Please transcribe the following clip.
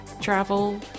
travel